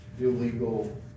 illegal